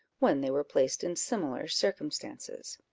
when they were placed in similar circumstances.